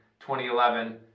2011